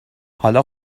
حالا